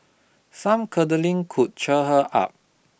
some curdling could cheer her up